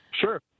Sure